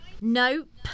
Nope